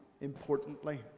importantly